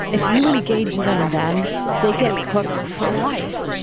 if you engage them, then they get hooked for life.